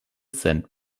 cent